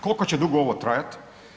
Kolko će dugo ovo trajat?